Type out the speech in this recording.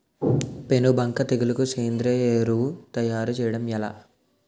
పేను బంక తెగులుకు సేంద్రీయ ఎరువు తయారు చేయడం ఎలా?